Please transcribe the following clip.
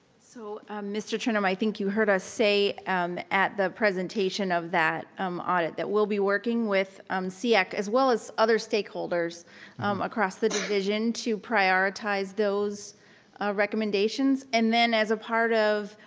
so mr. trenum, i think you heard us say um at the presentation of that um audit that we'll be working with um seac as well as other stakeholders across the division to prioritize those recommendations and then as a part of,